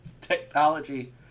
technology